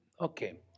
Okay